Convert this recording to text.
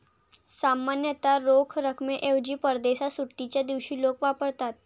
सामान्यतः रोख रकमेऐवजी परदेशात सुट्टीच्या दिवशी लोक वापरतात